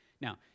Now